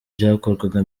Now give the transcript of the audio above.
byakorwaga